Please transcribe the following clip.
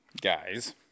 Guys